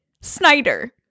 Snyder